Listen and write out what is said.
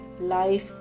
life